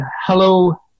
hello